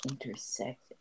intersect